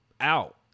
out